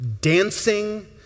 dancing